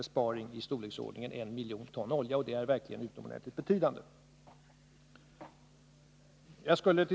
Det skulle innebära en besparing på en miljon ton olja, och det vore av utomordentligt stor betydelse.